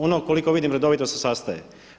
Ono koliko vidim redovito se sastaje.